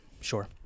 Sure